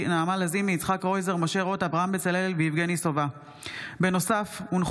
אברהם בצלאל, צגה מלקו, ווליד